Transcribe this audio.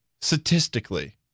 statistically